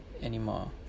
anymore